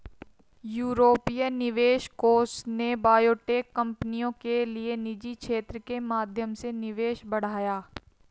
यूरोपीय निवेश कोष ने बायोटेक कंपनियों के लिए निजी क्षेत्र के माध्यम से निवेश बढ़ाया